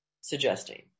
suggesting